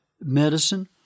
medicine